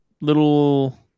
little